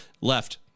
left